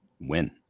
win